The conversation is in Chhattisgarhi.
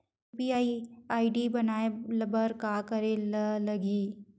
यू.पी.आई आई.डी बनाये बर का करे ल लगही?